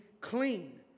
clean